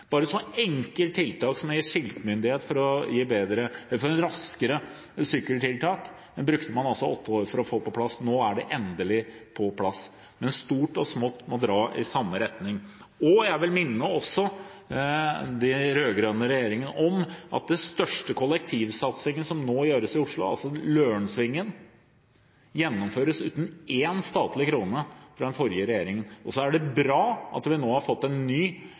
bare sånne enkle tiltak som å gi skiltmyndighet for raskere sykkeltiltak. Det brukte man åtte år på å få på plass – nå er det endelig på plass. Men stort og smått må dra i samme retning. Jeg vil også minne de rød-grønne partiene om at den største kollektivsatsingen som nå gjøres i Oslo, altså Lørensvingen, gjennomføres uten én statlig krone fra den forrige regjeringen. Så er det bra at vi nå har fått